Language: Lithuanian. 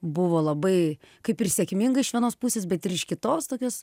buvo labai kaip ir sėkmingai iš vienos pusės bet ir iš kitos tokios